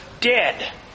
dead